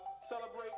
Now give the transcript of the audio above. celebrate